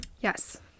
yes